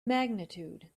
magnitude